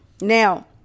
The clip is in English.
Now